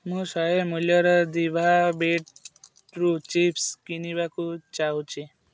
ମୁଁ ଶହେ ମୂଲ୍ୟର ଦିଭା ବିଟ୍ରୁଟ୍ ଚିପ୍ସ୍ କିଣିବାକୁ ଚାହୁଁଛି